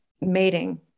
mating